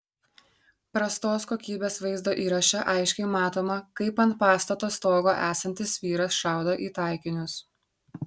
prastos kokybės vaizdo įraše aiškiai matoma kaip ant pastato stogo esantis vyras šaudo į taikinius